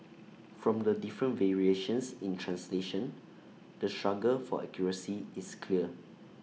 from the different variations in translation the struggle for accuracy is clear